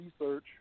research